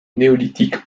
néolithique